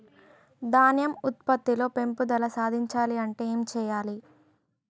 ధాన్యం ఉత్పత్తి లో పెంపుదల సాధించాలి అంటే ఏం చెయ్యాలి?